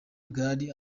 bwari